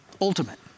ultimate